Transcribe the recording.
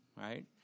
right